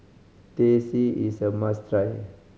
Teh C is a must try